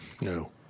No